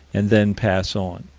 and then pass on.